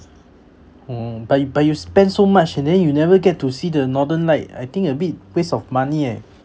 oh but you but you spend so much and then you never get to see the northern light I think a bit waste of money eh